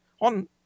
on